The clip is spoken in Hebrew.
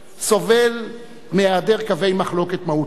סובל מהיעדר קווי מחלוקת מהותיים,